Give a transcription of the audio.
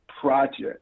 project